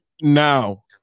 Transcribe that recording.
now